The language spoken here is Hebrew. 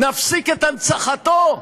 נפסיק את הנצחתו?